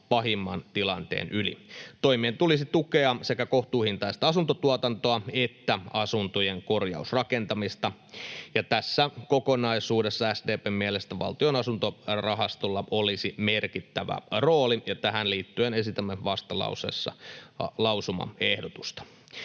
pahimman tilanteen yli. Toimien tulisi tukea sekä kohtuuhintaista asuntotuotantoa että asuntojen korjausrakentamista. Ja tässä kokonaisuudessa SDP:n mielestä Valtion asuntorahastolla olisi merkittävä rooli, ja tähän liittyen esitämme vastalauseessa lausumaehdotusta.